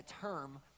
term